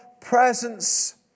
presence